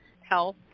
health